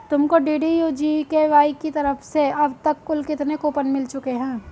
तुमको DDU GKY की तरफ से अब तक कुल कितने कूपन मिल चुके हैं?